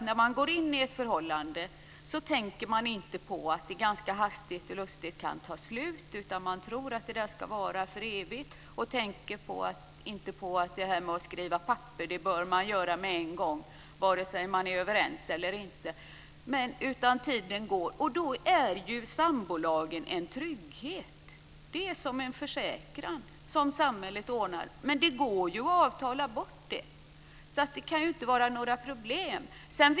När man går in i ett förhållande tänker man inte på att det kan ta slut hastigt och lustigt. Det vet vi alla som sitter här. Man tror att det ska vara för evigt och tänker inte på att man bör skriva papper med en gång, vare sig man är överens eller inte. Tiden går. Då är sambolagen en trygghet. Det är som en försäkran som samhället ordnar. Men den går att avtala bort. Det kan inte vara några problem.